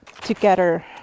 together